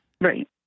Right